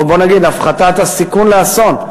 או בוא נגיד הפחתת הסיכון של אסון.